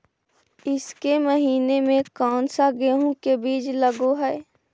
ईसके महीने मे कोन सा गेहूं के बीज लगे है?